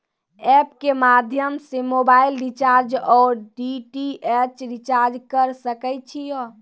App के माध्यम से मोबाइल रिचार्ज ओर डी.टी.एच रिचार्ज करऽ सके छी यो?